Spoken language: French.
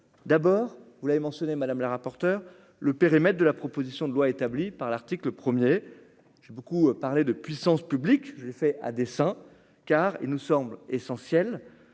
d'abord, vous l'avez mentionné Madame la rapporteure, le périmètre de la proposition de loi établie par l'article 1er j'ai beaucoup parlé de puissance publique je fait à dessein, car il nous semble essentiel